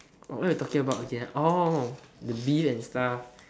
oh what we talking about again ah oh the beef and stuff